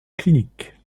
clinique